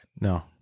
No